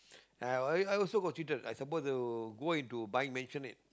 I a~ I also got cheated I supposed to go into buying maisonette